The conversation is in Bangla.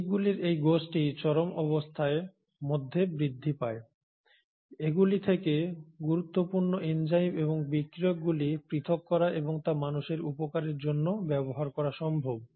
জীবগুলির এই গোষ্ঠী চরম অবস্থার মধ্যে বৃদ্ধি পায় এগুলি থেকে গুরুত্বপূর্ণ এনজাইম এবং বিক্রিয়কগুলি পৃথক করা এবং তা মানুষের উপকারের জন্য ব্যবহার করা সম্ভব